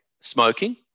smoking